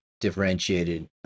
differentiated